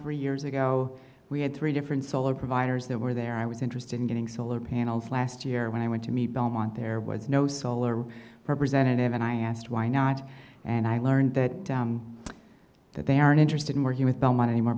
three years ago we had three different solar providers that were there i was interested in getting solar panels last year when i went to meet belmont there was no solar representative and i asked why not and i learned that that they aren't interested in working with belmont anymore